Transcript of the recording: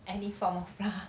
any form of flour